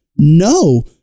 no